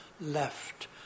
left